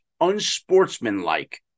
unsportsmanlike